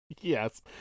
Yes